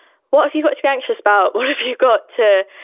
what have you got to be anxious about? what have you got to,